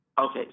Okay